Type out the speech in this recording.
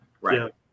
Right